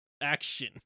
action